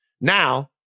Now